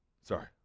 Sorry